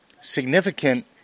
significant –